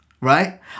right